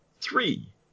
three